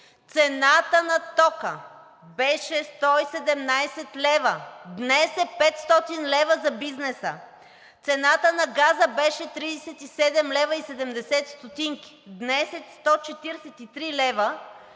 Цената на тока беше 117 лв., днес е 500 лв. за бизнеса. Цената на газа беше 37,70 лв., днес е 143 лв.